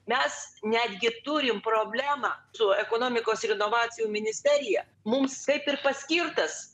mes netgi turim problemą su ekonomikos ir inovacijų ministerija mums kaip ir paskirtas